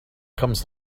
comes